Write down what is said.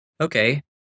okay